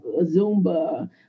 Zumba